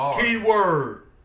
Keyword